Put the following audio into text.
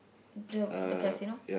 the the casino